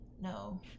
no